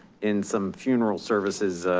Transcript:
in some funeral services,